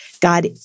God